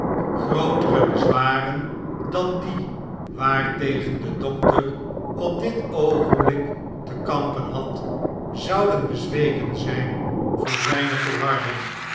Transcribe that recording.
grootere bezwaren dan die waartegen de dokter op dit oogenblik te kampen had zouden bezweken zjjn voor zjjne volharding